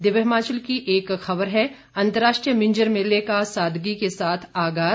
दिव्य हिमाचल की एक खबर है अंतर्राष्ट्रीय मिंजर मेले का सादगी के साथ आगाज